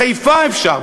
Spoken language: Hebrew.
בחיפה אפשר.